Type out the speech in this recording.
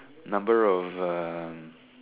number of a